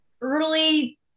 early